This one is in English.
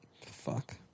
Fuck